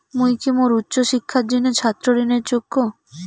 মুই কি মোর উচ্চ শিক্ষার জিনে ছাত্র ঋণের যোগ্য?